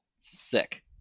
Sick